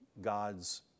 God's